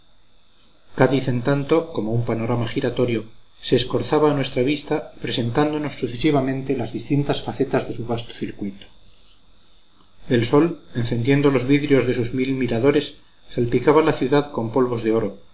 cádiz en tanto como un panorama giratorio se escorzaba a nuestra vista presentándonos sucesivamente las distintas facetas de su vasto circuito el sol encendiendo los vidrios de sus mil miradores salpicaba la ciudad con polvos de oro